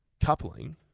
coupling